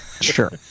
sure